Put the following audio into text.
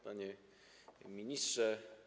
Panie Ministrze!